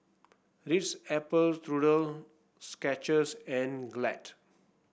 Ritz Apple Skechers and Glad